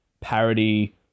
parody